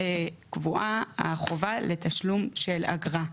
החובה לתשלום של אגרה,